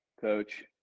Coach